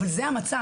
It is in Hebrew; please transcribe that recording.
אבל זה המצב.